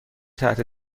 تحت